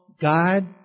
God